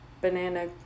banana